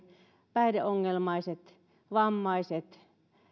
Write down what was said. päihdeongelmaiset vammaiset